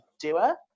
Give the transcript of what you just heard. doer